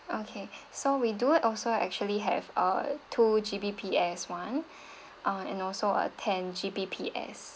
okay so we do also actually have a two G B P S one uh and also a ten G P P S